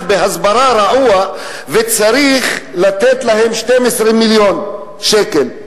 רעוע בהסברה וצריך לתת לה 12 מיליון שקל.